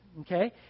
okay